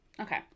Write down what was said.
Okay